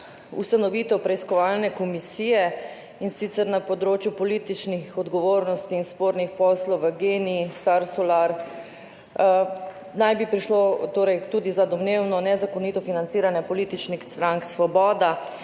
ustanovitev preiskovalne komisije, in sicer na področju političnih odgovornosti in spornih poslov v GEN-I, Star Solar, tudi za domnevno nezakonito financiranje politične stranke Svoboda